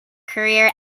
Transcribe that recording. career